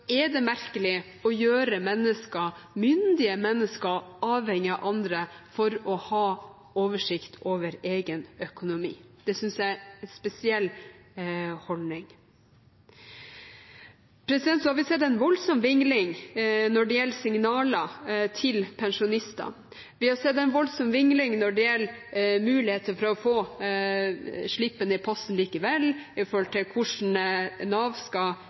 er det merkelig å gjøre myndige mennesker avhengige av andre for at de skal ha oversikt over egen økonomi. Det synes jeg er en spesiell holdning. Vi har sett en voldsom vingling når det gjelder signaler til pensjonistene. Vi har sett en voldsom vingling når det gjelder muligheten til å få slippen i posten likevel, hvordan Nav skal håndtere det, og hva slags kontakt man skal